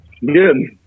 good